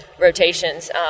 rotations